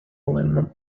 role